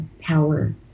power